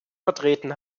vertreten